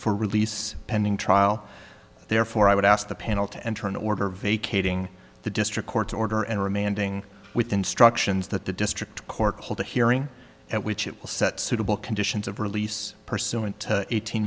for release pending trial therefore i would ask the panel to enter an order vacating the district court order and remanding with instructions that the district court hold a hearing at which it will set suitable conditions of release pursuant to eighteen